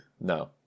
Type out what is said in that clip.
No